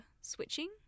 switching